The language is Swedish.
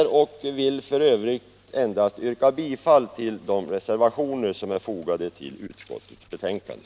Jag vill till slut yrka bifall till de reservationer som är fogade till utskottets betänkande.